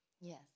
Yes